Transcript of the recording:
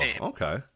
Okay